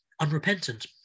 unrepentant